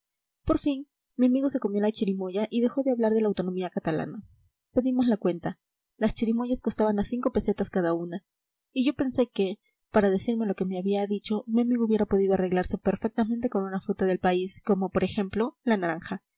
por fin mi amigo se comió la chirimoya y dejó de hablar de la autonomía catalana pedimos la cuenta las chirimoyas costaban a cinco pesetas cada una y yo pensé que para decirme lo que me había dicho mi amigo hubiera podido arreglarse perfectamente con una fruta del país como por ejemplo la naranja